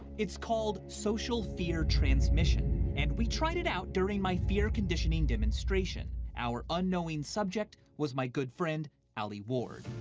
it's called social fear transmission, and we tried it out out during my fear conditioning demonstration. our unknowing subject was my good friend alie ward.